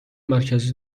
مرکزی